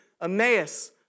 Emmaus